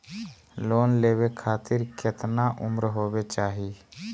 Loan लेवे खातिर केतना उम्र होवे चाही?